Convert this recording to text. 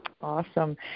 Awesome